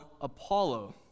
Apollo